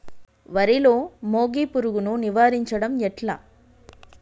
వరిలో మోగి పురుగును నివారించడం ఎట్లా?